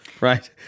right